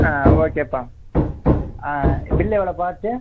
ஆ ஓகேப்பா பில் எவ்வளோப்பா ஆச்சு